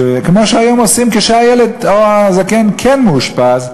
שכמו שהיום עושים כשהילד או הזקן כן מאושפז,